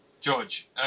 George